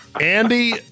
Andy